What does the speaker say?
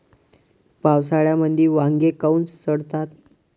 पावसाळ्यामंदी वांगे काऊन सडतात?